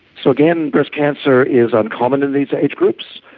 so again, breast cancer is uncommon in these age groups.